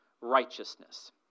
righteousness